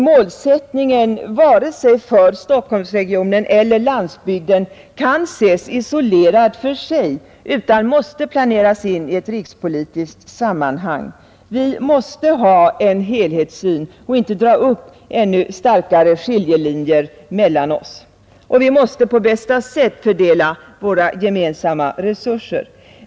Målsättningen kan inte vare sig för Stockholmsregionen eller landsbygden ses isolerad för sig utan måste planeras in i ett rikspolitiskt sammanhang. Vi måste ha en helhetssyn för att inte dra upp ännu starkare skiljelinjer mellan oss, och vi måste på bästa sätt fördela våra gemensamma resurser.